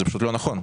זה פשוט לא נכון.